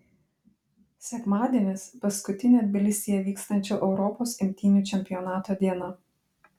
sekmadienis paskutinė tbilisyje vykstančio europos imtynių čempionato diena